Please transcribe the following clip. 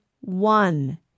one